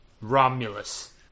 Romulus